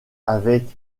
avec